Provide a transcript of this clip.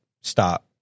Stop